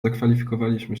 zakwalifikowaliśmy